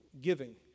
giving